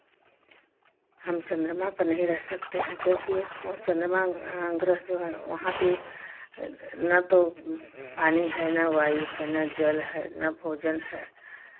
हम चन्द्रमा पर नहीं रह सकते हैं क्योंकि ओ चन्द्रमा ग्रह जो है वहाँ पे ना तो पानी है ना वायु है ना जल है ना भोजन है